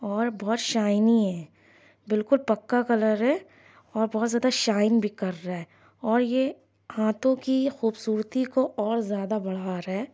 اور بہت شائنی ہے بالکل پکا کلر ہے اور بہت زیادہ شائن بھی کر رہا ہے اور یہ ہاتھوں کی خوبصورتی کو اور زیادہ بڑھا رہا ہے